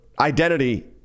identity